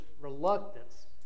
reluctance